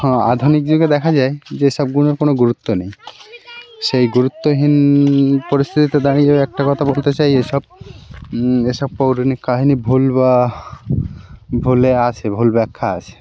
হ্যাঁ আধুনিক যুগে দেখা যায় যে এ সব গুণের কোনো গুরুত্ব নেই সেই গুরুত্বহীন পরিস্থিতিতে দাঁড়িয়েও একটা কথা বলতে চাই এ সব এ সব পৌরাণিক কাহিনি ভুল বা ভুলে আসে ভুল ব্যাখ্যা আসে